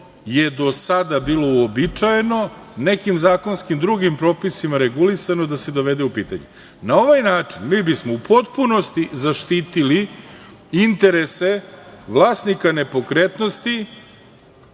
je do sada bilo uobičajeno, nekim zakonskim drugim propisima regulisano da se dovede u pitanje. Na ovaj način mi bismo u potpunosti zaštitili interese vlasnika nepokretnosti